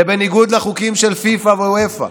זה בניגוד לחוקים של פיפ"א ואופ"א.